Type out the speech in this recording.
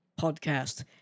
podcast